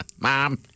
Mom